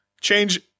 change